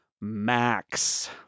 Max